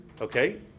okay